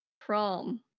prom